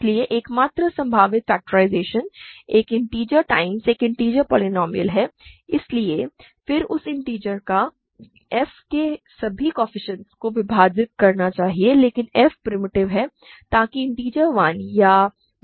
इसलिए एकमात्र संभावित फ़ैक्टरिज़ेशन एक इन्टिजर टाइम्स एक इन्टिजर पोलीनोमिअल है लेकिन फिर उस इन्टिजर को ff के सभी कोएफ़िशिएंट्स को विभाजित करना चाहिए लेकिन f प्रिमिटिव है ताकि इन्टिजर 1 या माइनस 1 हो